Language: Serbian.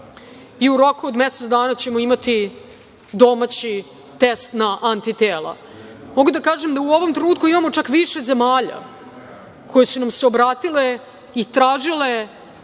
i u roku od mesec dana ćemo imati domaći test na antitela. Mogu da kažem da u ovom trenutku imamo čak više zemalja koje su nam se obratile i tražile